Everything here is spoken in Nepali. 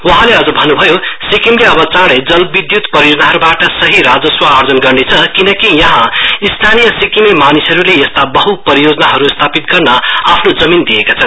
वहाँले अझ बताउनु भयो सिक्किमले अब चाडै जलविद्युत परियोजनाहरूबाट सही राजस्व आर्जन गर्नेछ किनकि यहाँ स्थानीय सिक्किमे मानिसहरूले यस्ता बहपरियोजनाहरू स्थापित गर्न आफ्नो जमीन दिएका छन्